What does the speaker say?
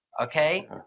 Okay